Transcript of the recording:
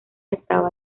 estaba